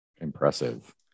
Impressive